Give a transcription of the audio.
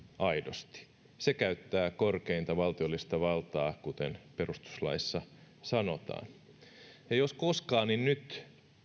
aidosti se käyttää korkeinta valtiollista valtaa kuten perustuslaissa sanotaan jos koskaan niin nyt